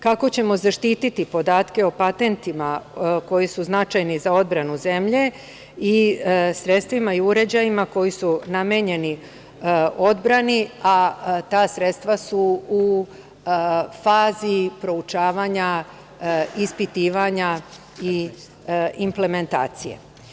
Kako ćemo zaštititi podatke o patentima koji su značajni za odbranu zemlje i sredstvima i uređajima koji su namenjeni odbrani, a ta sredstva su u fazi proučavanja, ispitivanja i implementacije.